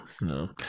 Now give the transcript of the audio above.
no